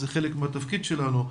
זה חלק מהתפקיד שלנו.